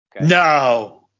No